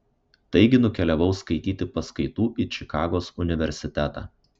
taigi nukeliavau skaityti paskaitų į čikagos universitetą